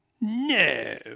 No